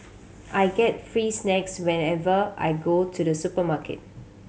I get free snacks whenever I go to the supermarket